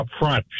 upfront